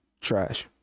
trash